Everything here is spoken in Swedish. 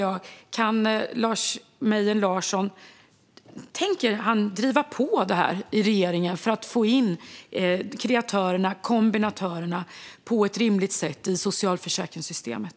Jag undrar om Lars Mejern Larsson tänker driva på regeringen för att kreatörerna och kombinatörerna på ett rimligt sätt får komma in i socialförsäkringssystemet.